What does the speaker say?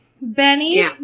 Benny